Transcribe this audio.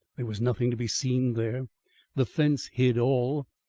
there was nothing to be seen there the fence hid all,